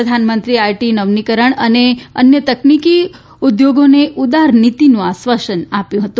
પ્રધાનમંત્રીએ આઈટી નવીનીકરણ અને અન્ય તકનીકી ઉધોગોને ઉદાર નીતીનું આશ્વાસન આપ્યું છે